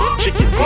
chicken